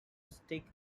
stick